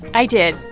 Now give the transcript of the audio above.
i did.